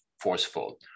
forceful